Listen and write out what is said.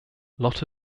lot